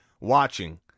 watching